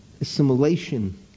assimilation